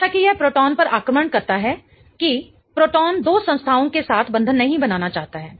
जैसा कि यह प्रोटॉन परआक्रमण करता है कि प्रोटॉन दो संस्थाओं के साथ बंधन नहीं बनाना चाहता है